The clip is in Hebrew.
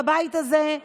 בבית הזה,